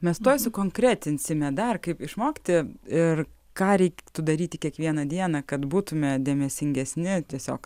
mes tuoj sukonkretinsime dar kaip išmokti ir ką reiktų daryti kiekvieną dieną kad būtume dėmesingesni tiesiog